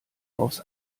aufs